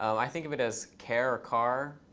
i think of it as care or car,